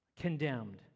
condemned